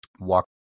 walk